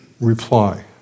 reply